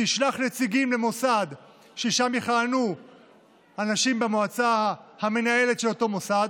תשלח נציגים למוסד ושם יכהנו במועצה המנהלת של אותו מוסד,